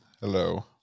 Hello